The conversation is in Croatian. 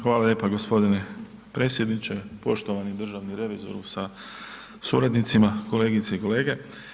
Hvala lijepo g. predsjedniče, poštovani državni revizor sa suradnicima, kolegice i kolege.